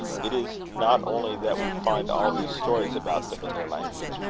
it is not only that we find all these stories about them in their language,